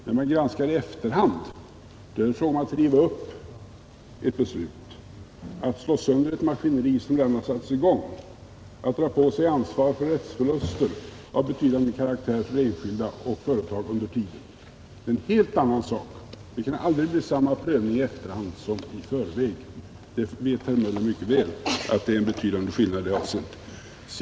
När man granskar i efterhand är det fråga om att riva upp ett beslut, att slå sönder ett maskineri som redan satts i gång, att dra på sig ansvar för rättsförluster av betydande karaktär för enskilda och företag under tiden. Det är en helt annan sak. Det kan aldrig bli samma prövning i efterhand som i förväg. Det vet herr Möller mycket väl, att det är en betydande skillnad i det avseendet.